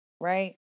right